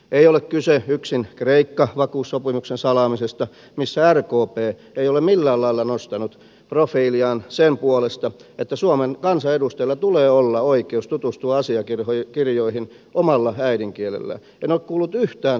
ei ole kyse yksin kreikka vakuussopimuksen salaamisesta missä rkp ei ole millään lailla nostanut profiiliaan sen puolesta että suomen kansanedustajilla tulee olla oikeus tutustua asiakirjoihin omalla äidinkielellään en ole kuullut yhtään sellaista vaatimusta